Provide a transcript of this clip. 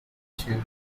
two